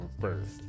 first